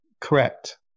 Correct